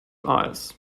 isles